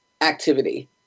activity